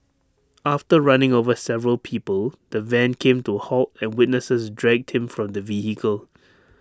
after running over several people the van came to A halt and witnesses dragged him from the vehicle